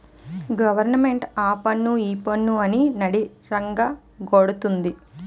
government ఆపన్ను ఈపన్ను అని నడ్డిరగ గొడతంది